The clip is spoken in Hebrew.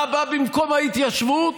מה בא במקום ההתיישבות?